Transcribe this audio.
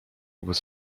was